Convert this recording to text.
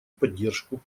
поддержку